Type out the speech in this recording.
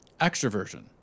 extroversion